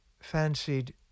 fancied